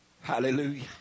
Hallelujah